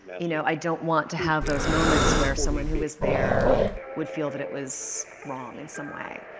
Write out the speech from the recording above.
you know, i don't want to have those moments where someone who was there would feel that it was wrong in some way.